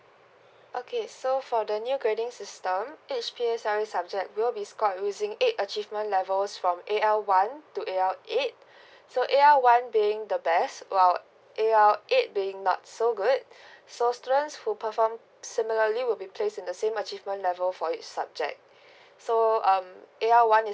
okay so for the new grading system each P_L_S_E subject will be scored using eight achievement levels from A_L one to A_L eight so A_L one being the best A_L eight being not so good so students who perform similarly will be placed in the same achievement level for each subject so um A_L one is